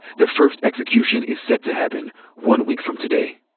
the first execution is set to happen one week from today.